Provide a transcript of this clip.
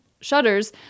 shutters